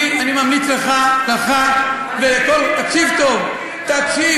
אני ממליץ לך ולכל, תקשיב טוב, תקשיב.